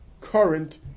current